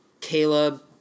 Caleb